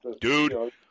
Dude